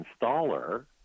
installer